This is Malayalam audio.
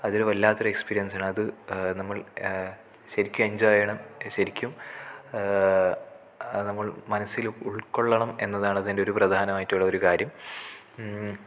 അതൊരു വല്ലാത്തൊരു എക്സ്പീരിയൻസാണ് അത് നമ്മൾ ശരിക്കും എൻജോയ് ചെയ്യണം ശരിക്കും നമ്മൾ മനസ്സിൽ ഉൾക്കൊള്ളണം എന്നതാണ് ഇതിൻ്റെയൊരു പ്രധാനമായിട്ടുമുള്ളൊരു കാര്യം